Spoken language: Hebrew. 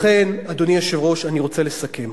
אדוני היושב-ראש, אני רוצה לסכם.